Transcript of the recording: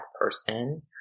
person